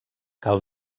cal